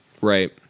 Right